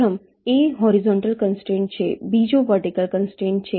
પ્રથમ એ horizontal constraint છે બીજો વર્ટિકલ કન્સ્ટ્રેંટ છે